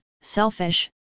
selfish